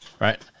right